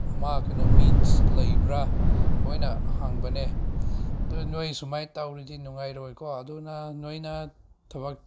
ꯑꯃ ꯀꯩꯅꯣ ꯃꯤꯟꯁ ꯂꯩꯕ꯭ꯔꯥ ꯃꯣꯏꯅ ꯍꯪꯕꯅꯦ ꯑꯗꯨ ꯅꯣꯏ ꯁꯨꯃꯥꯏꯅ ꯇꯧꯔꯗꯤ ꯅꯨꯡꯉꯥꯏꯔꯣꯏꯀꯣ ꯑꯗꯨꯅ ꯅꯣꯏꯅ ꯊꯕꯛ